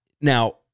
Now